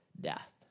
death